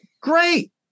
Great